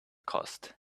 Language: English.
cost